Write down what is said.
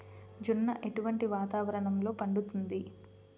జొన్న ఎటువంటి వాతావరణంలో పండుతుంది?